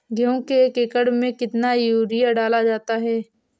गेहूँ के एक एकड़ में कितना यूरिया डाला जाता है?